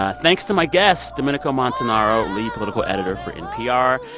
ah thanks to my guests domenico montanaro, lead political editor for npr,